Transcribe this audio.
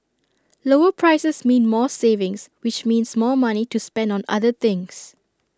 lower prices mean more savings which means more money to spend on other things